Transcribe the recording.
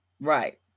right